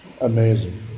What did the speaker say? Amazing